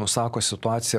nusako situaciją